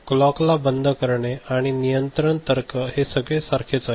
clock ला बंद करणे आणि नियंत्रण तर्क हे सगळे सारखेच आहे